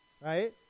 right